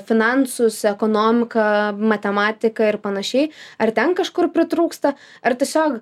finansus ekonomiką matematiką ir panašiai ar ten kažkur pritrūksta ar tiesiog